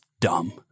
dumb